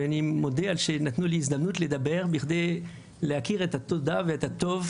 ואני מודה על זה שנתנו לי הזדמנות לדבר בכדי להכיר את התודה ואת הטוב